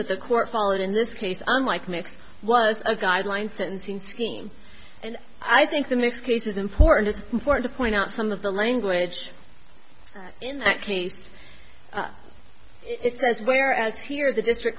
that the court followed in this case unlike mix was a guideline sentencing scheme and i think the next case is important it's important to point out some of the language in that case it's as whereas here the district